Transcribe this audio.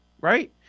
right